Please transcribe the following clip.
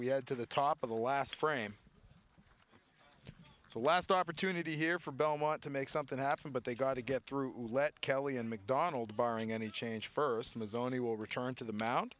we head to the top of the last frame the last opportunity here for belmont to make something happen but they've got to get through let kelly and mcdonald barring any change first of his own he will return to the mound